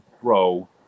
throw